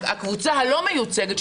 הקבוצה הלא מיוצגת,